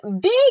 big